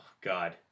God